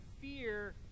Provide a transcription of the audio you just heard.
fear